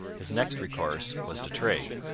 his next recourse was to trade.